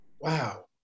wow